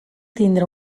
tindre